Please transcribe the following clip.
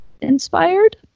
inspired